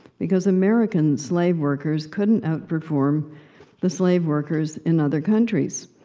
because american slave workers couldn't outperform the slave workers in other countries.